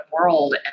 world